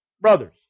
Brothers